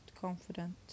confident